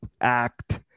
act